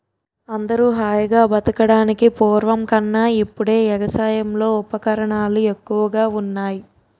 అందరూ హాయిగా బతకడానికి పూర్వం కన్నా ఇప్పుడే ఎగసాయంలో ఉపకరణాలు ఎక్కువగా ఉన్నాయ్